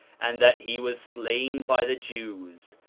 and that he was slain by the jews,